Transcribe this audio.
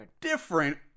different